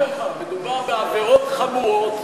אני אסביר לך, מדובר בעבירות חמורות,